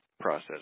process